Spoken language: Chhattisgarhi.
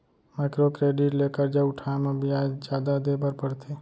माइक्रो क्रेडिट ले खरजा उठाए म बियाज जादा देबर परथे